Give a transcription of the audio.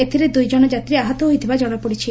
ଏଥିରେ ଦୁଇଜଣ ଯାତ୍ରୀ ଆହତ ହୋଇଥିବା ଜଣାପଡ଼ିଛି